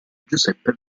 giuseppe